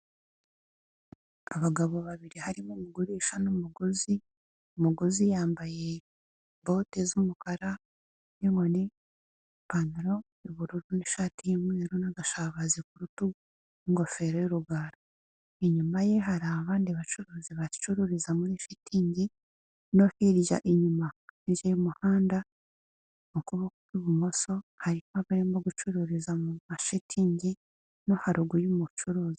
Abagabo babiri harimo umugurisha n'umuguzi, umuguzi yambaye bote z'umukara n'inkoni, ipantaro y'ubururu n'ishati y'umweru n'agashabazi ku rutugu, ingofero y'urugara. Inyuma ye hari abandi bacururiza muri shitingi no hirya inyuma y'umuhanda mu kuboko kw'ibumoso harimo abarimo gucururiza mu mashitingi no haruguru y'umucuruzi.